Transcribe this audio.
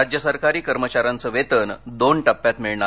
राज्य सरकारी कर्मचाऱ्यांचं वेतन दोन टप्प्यात मिळणार